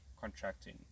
contracting